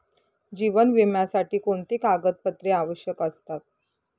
जीवन विम्यासाठी कोणती कागदपत्रे आवश्यक असतात?